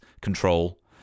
control